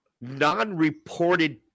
non-reported